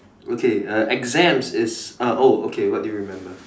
okay uh exams is uh oh okay what do you remember